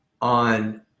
on